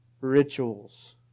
Rituals